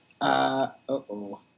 Uh-oh